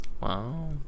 Wow